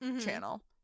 channel